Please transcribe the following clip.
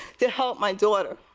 to help my daughter.